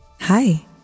Hi